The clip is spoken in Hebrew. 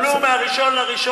הם יקבלו מ-1 בינואר,